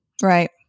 Right